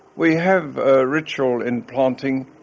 we have a ritual in planting,